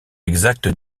exact